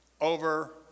over